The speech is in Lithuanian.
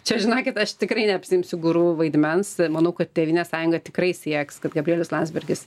čia žinokit aš tikrai neapsiimsiu guru vaidmens manau kad tėvynės sąjunga tikrai sieks kad gabrielius landsbergis